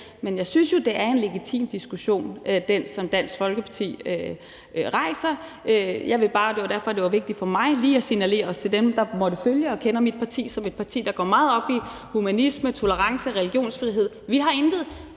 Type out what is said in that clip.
Men jeg synes jo, det er en legitim diskussion, som Dansk Folkeparti rejser. Jeg vil bare sige – og det var derfor, det var vigtigt for mig lige at signalere, også til dem, der måtte følge og kender mit parti som et parti, der går meget op i humanisme, tolerance og religionsfrihed – at vi intet